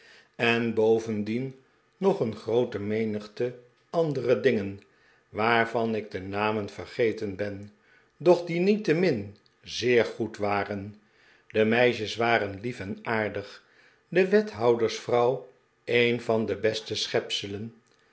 en bovendien nog een groote menigte andere dingen waarvan ik de namen vergeten ben doch die niettemin zeer goed waren de meisjes waren lief en aardig de wethoudersvrouw een van de beste schepselen